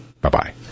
Bye-bye